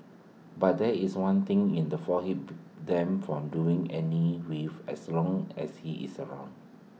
but there is one thing in the for hub them from doing any with as long as he is around